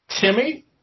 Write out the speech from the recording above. Timmy